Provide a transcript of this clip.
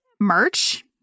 merch